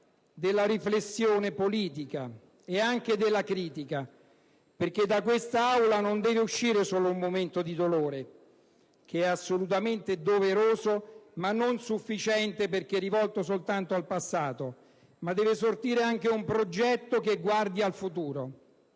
della riflessione politica e anche della critica, perché da questa Aula non deve uscire solo un momento di dolore, assolutamente doveroso, ma non sufficiente, perché rivolto soltanto al passato, ma deve sortire anche un progetto che guardi al futuro.